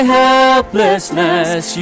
helplessness